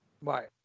Right